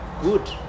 good